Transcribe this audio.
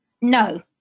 No